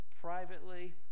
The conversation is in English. privately